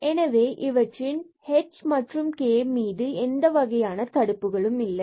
எனவே இவற்றின் h மற்றும் k மீது எந்த வகையான தடுப்புகளும் இல்லை